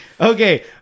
Okay